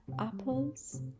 apples